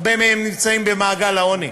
הרבה מהם נמצאים במעגל העוני,